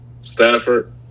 Stafford